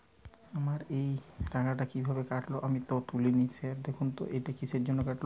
আমার এই টাকাটা কীভাবে কাটল আমি তো তুলিনি স্যার দেখুন তো এটা কিসের জন্য কাটল?